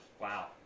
wow